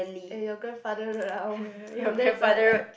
eh your grandfather road ah that's what lah